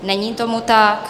Není tomu tak.